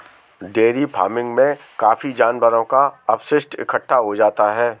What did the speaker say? dairy farming में काफी जानवरों का अपशिष्ट इकट्ठा हो जाता है